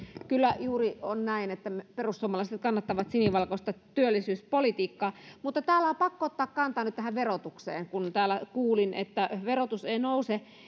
kyllä juuri on näin että perussuomalaiset kannattavat sinivalkoista työllisyyspolitiikkaa mutta täällä on pakko ottaa kantaa nyt verotukseen kun täällä kuulin että verotus ei nouse